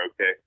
okay